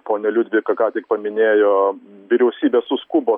ponia liudvika ką tik paminėjo vyriausybė suskubo